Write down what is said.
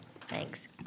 Thanks